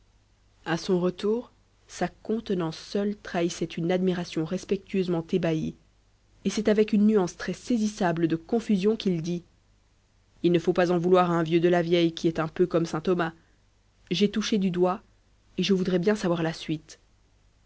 à son retour sa contenance seule trahissait une admiration respectueusement ébahie et c'est avec une nuance très saisissable de confusion qu'il dit il ne faut pas en vouloir à un vieux de la vieille qui est un peu comme saint thomas j'ai touché du doigt et je voudrais bien savoir la suite